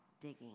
digging